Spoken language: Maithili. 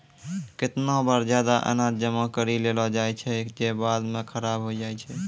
केतना बार जादा अनाज जमा करि लेलो जाय छै जे बाद म खराब होय जाय छै